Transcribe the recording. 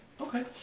Okay